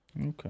Okay